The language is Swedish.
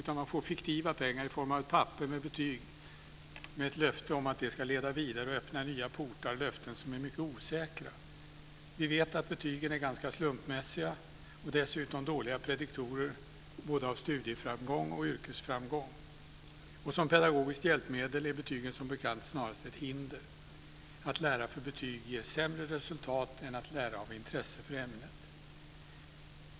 Man får fiktiva pengar i form av ett papper med betyg med ett löfte om att det ska leda vidare och öppna nya portar, löften som är mycket osäkra. Vi vet att betygen är ganska slumpmässiga och dessutom dåliga prediktorer både av studieframgång och av yrkesframgång. Som pedagogiskt hjälpmedel är betygen som bekant snarast ett hinder. Att lära för betyg ger sämre resultat än att lära av intresse för ämnet.